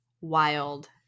wild